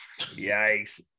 Yikes